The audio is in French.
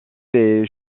les